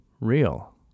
real